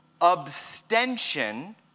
abstention